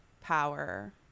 power